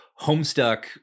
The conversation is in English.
Homestuck